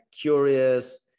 curious